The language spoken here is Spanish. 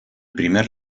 primer